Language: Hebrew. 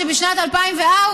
בשנת 2004,